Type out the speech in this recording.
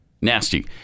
Nasty